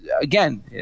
again